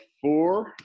four